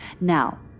Now